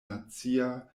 nacia